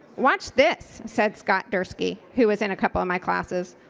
watch this, said scott dirsky who was in a couple of my classes.